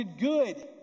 good